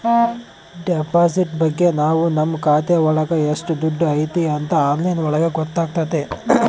deposit ಬಗ್ಗೆ ನಾವ್ ನಮ್ ಖಾತೆ ಒಳಗ ಎಷ್ಟ್ ದುಡ್ಡು ಐತಿ ಅಂತ ಆನ್ಲೈನ್ ಒಳಗ ಗೊತ್ತಾತತೆ